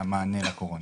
המענה לקורונה.